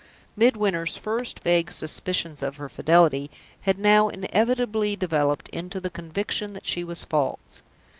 midwinter's first vague suspicions of her fidelity had now inevitably developed into the conviction that she was false.